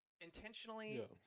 Intentionally